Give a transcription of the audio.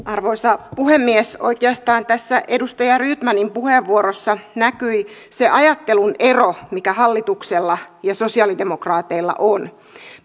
arvoisa puhemies oikeastaan tässä edustaja rydmanin puheenvuorossa näkyi se ajattelun ero mikä hallituksella ja sosialidemokraateilla on